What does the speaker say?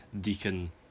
Deacon